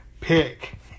pick